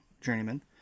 Journeyman